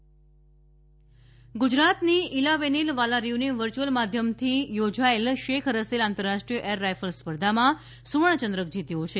ગુજરાત સૂવર્ણચંદ્રક ગુજરાતની ઈલાવેનિલ વાલારિવને વર્યુઅલ માધ્યમથી યોજાયેલ શેખ રસેલ આંતરરાષ્ટ્રીય એર રાઈફલ સ્પર્ધામાં સૂવર્ણચંદ્રક જીત્યો છે